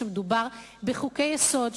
שמדובר בחוקי-יסוד,